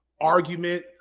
argument